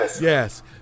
Yes